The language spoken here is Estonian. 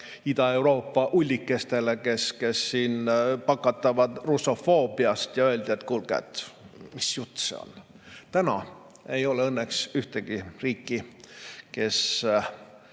Ida-Euroopa ullikestele, kes pakatavad russofoobiast, ja öeldi, et kuulge, mis jutt see on. Täna ei ole õnneks ühtegi riiki, kes